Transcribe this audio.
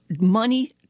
money